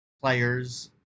players